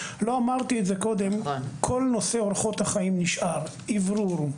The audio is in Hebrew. כל נושא אורחות החיים נשאר: אוורור,